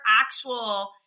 actual